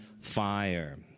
fire